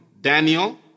Daniel